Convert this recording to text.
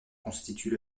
constitue